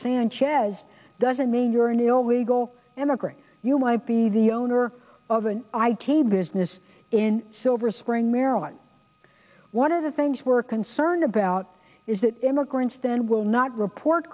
sanchez doesn't mean you're an illegal immigrant you might be the owner of an id business in silver spring maryland one of the things we're concerned about is that immigrants then will not report